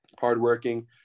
hardworking